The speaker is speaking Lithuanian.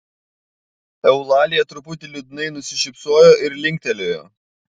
eulalija truputį liūdnai nusišypsojo ir linktelėjo